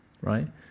Right